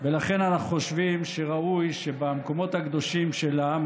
לכן אנחנו חושבים שראוי שבעניין המקומות הקדושים של העם